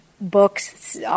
books